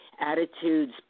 attitudes